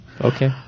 Okay